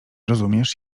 rozumiesz